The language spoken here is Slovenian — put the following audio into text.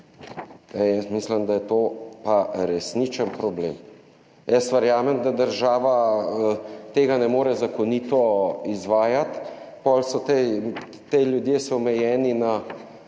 jaz mislim, da je to pa resničen problem. Jaz verjamem, da država tega ne more zakonito izvajati, potem so ti, ti ljudje so omejeni na